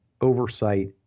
oversight